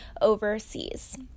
overseas